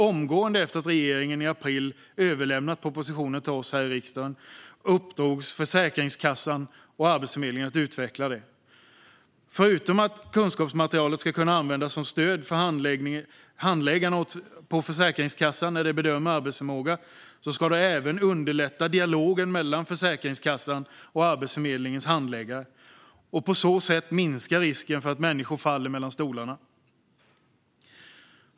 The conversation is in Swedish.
Omgående efter att regeringen i april överlämnade propositionen till oss här i riksdagen uppdrogs åt Försäkringskassan och Arbetsförmedlingen att utveckla ett kunskapsmaterial. Förutom att kunskapsmaterialet ska kunna användas som stöd för handläggarna på Försäkringskassan när de bedömer arbetsförmåga ska det även underlätta dialogen mellan Försäkringskassans och Arbetsförmedlingens handläggare. På så sätt minskar risken för att människor faller mellan stolarna.